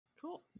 Cool